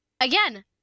again